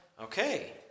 Okay